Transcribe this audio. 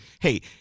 Hey